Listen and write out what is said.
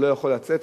הוא לא יכול לצאת